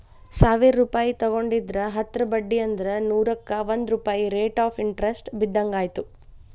ಸಾವಿರ್ ರೂಪಾಯಿ ತೊಗೊಂಡಿದ್ರ ಹತ್ತರ ಬಡ್ಡಿ ಅಂದ್ರ ನೂರುಕ್ಕಾ ಒಂದ್ ರೂಪಾಯ್ ರೇಟ್ ಆಫ್ ಇಂಟರೆಸ್ಟ್ ಬಿದ್ದಂಗಾಯತು